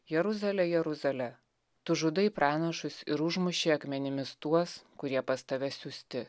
jeruzale jeruzale tu žudai pranašus ir užmuši akmenimis tuos kurie pas tave siųsti